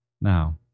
Now